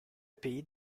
pays